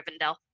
Rivendell